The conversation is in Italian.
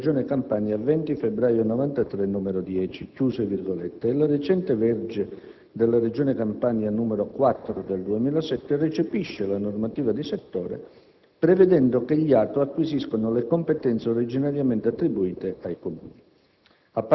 della Regione Campania 20 febbraio 1993, n. 10» e la recente legge della Regione Campania n. 4 del 2007 recepisce la normativa di settore, prevedendo che gli ATO, acquisiscano le competenze originariamente attribuite ai Comuni.